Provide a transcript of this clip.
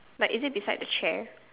but is it beside the chair